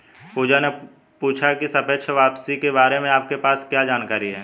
पूजा ने पूछा की सापेक्ष वापसी के बारे में आपके पास क्या जानकारी है?